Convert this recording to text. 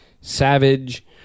savage